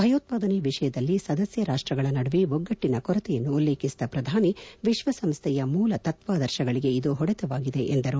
ಭಯೋತ್ಪಾದನೆ ವಿಷಯದಲ್ಲಿ ಸದಸ್ಯ ರಾಷ್ಟ್ರಗಳ ನದುವೆ ಒಗ್ಗಟ್ಟಿನ ಕೊರತೆಯನ್ನು ಉಲ್ಲೇಖಿಸಿದ ಪ್ರಧಾನಿ ವಿಶ್ವಸಂಸ್ಥೆಯ ಮೂಲ ತತ್ವಾದರ್ಶಗಳಿಗೆ ಇದು ಹೊಡೆತವಾಗಿದೆ ಎಂದರು